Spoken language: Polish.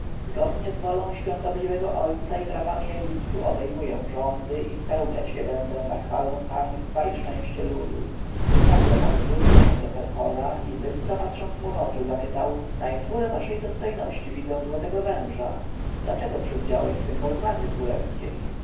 zgodnie z wolą świątobliwego ojca i prawami egiptu obejmuję rządy i spełniać je będę na chwałę państwa i szczęście ludu nagle pan zwrócił się do herhora i bystro patrząc mu w oczy zapytał na infule waszej dostojności widzę złotego węża dlaczego przywdziałeś symbol władzy królewskiej